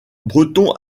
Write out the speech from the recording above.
breton